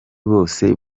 bose